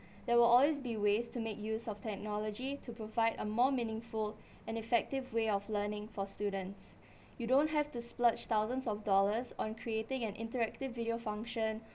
there will always be ways to make use of technology to provide a more meaningful and effective way of learning for students you don't have to splurge thousands of dollars on creating an interactive video function